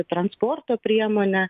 transporto priemonę